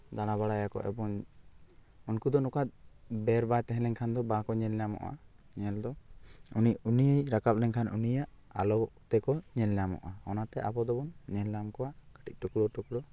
ᱫᱟᱬᱟᱵᱟᱲᱟᱭᱟᱠᱚ ᱮᱵᱚᱝ ᱩᱱᱠᱩ ᱫᱚ ᱱᱚᱝᱠᱟ ᱵᱮᱨ ᱵᱟᱭ ᱛᱟᱦᱮᱸ ᱞᱮᱱᱠᱷᱟᱱ ᱫᱚ ᱵᱟᱠᱚ ᱧᱮᱞ ᱧᱟᱢᱚᱜᱼᱟ ᱧᱮᱞ ᱫᱚ ᱩᱱᱤ ᱩᱱᱤ ᱨᱟᱠᱟᱵ ᱞᱮᱱᱠᱷᱟᱱ ᱩᱱᱤᱭᱟᱜ ᱟᱞᱳ ᱛᱮᱠᱚ ᱧᱮᱞ ᱧᱟᱢᱚᱜᱼᱟ ᱚᱱᱟᱛᱮ ᱟᱵᱚ ᱫᱚᱵᱚᱱ ᱧᱮᱞ ᱧᱟᱢ ᱠᱚᱣᱟ ᱠᱟᱹᱴᱤᱡ ᱴᱩᱠᱨᱳ ᱴᱩᱠᱨᱳ